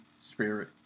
spirit